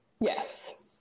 Yes